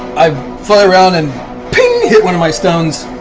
i fly around and hit one of my stones,